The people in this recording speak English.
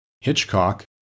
Hitchcock